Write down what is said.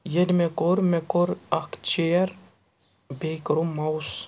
ییٚلہِ مےٚ کوٚر مےٚ کوٚر اَکھ چِیَر بیٚیہِ کوٚرُم ماوُس